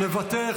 מוותר.